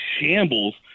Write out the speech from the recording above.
shambles